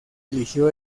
eligió